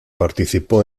participó